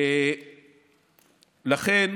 לכן,